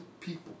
people